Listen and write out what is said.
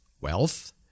wealth